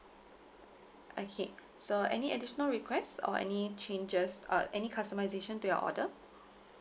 okay so any additional request or any changes uh any customisation to your order